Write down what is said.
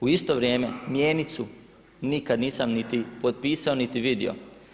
U isto vrijeme mjenicu nikad nisam niti potpisao, niti vidio.